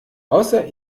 außer